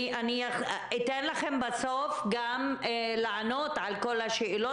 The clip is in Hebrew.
אני אתן לכם בסוף לענות על כל השאלות,